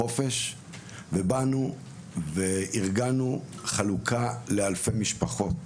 חופש ובאנו וארגנו חלוקה לאלפי משפחות,